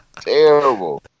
terrible